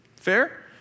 fair